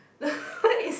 what is